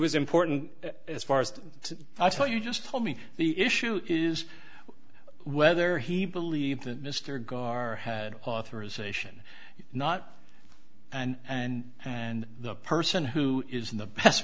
was important as far as i tell you just tell me the issue is whether he believed that mr gar had authorization not and and the person who is in the best